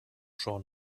schon